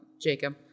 Jacob